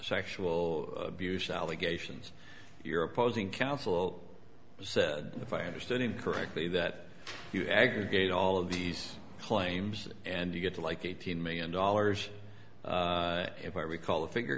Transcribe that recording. sexual abuse allegations your opposing counsel said if i understood it correctly that you aggregate all of these claims and you get to like eighteen million dollars if i recall the fi